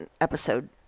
episode